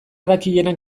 dakienak